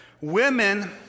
Women